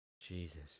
Jesus